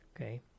Okay